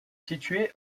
situé